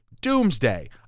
Doomsday